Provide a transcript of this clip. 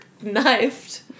knifed